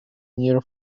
near